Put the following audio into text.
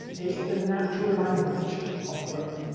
it's the natural language of growth.